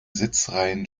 sitzreihen